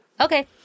Okay